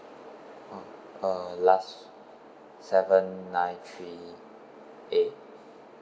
oh uh last seven nine three A